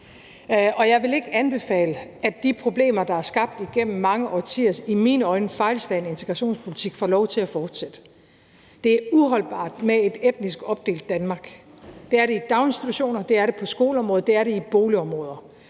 Og jeg vil ikke anbefale, at de problemer, der er skabt igennem mange årtiers i mine øjne fejlslagne integrationspolitik, får lov til at fortsætte. Det er uholdbart med et etnisk opdelt Danmark. Det er det i daginstitutioner, det er det på skoleområdet, det er det i boligområder.